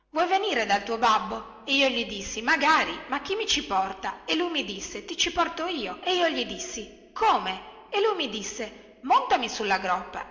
vuoi venire dal tuo babbo e io gli dissi magari ma chi mi ci porta e lui mi disse ti ci porto io e io gli dissi come e lui mi disse montami sulla groppa